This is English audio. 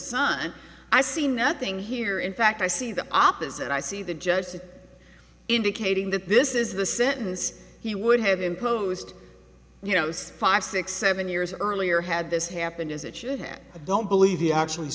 i see nothing here in fact i see the opposite i see the judge said indicating that this is the sentence he would have imposed you know five six seven years earlier had this happened as it should that i don't believe he actually